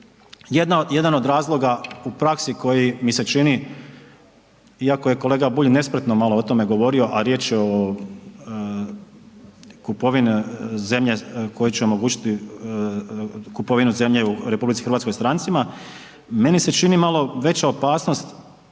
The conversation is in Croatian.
Jedan od razloga u praksi koji mi se čini iako je kolega Bulj malo nespretno o tome govorio, a riječ je o kupovini zemlje koje će omogućiti kupovinu zemlje u RH strancima, meni se čini malo veća opasnost